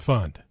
Fund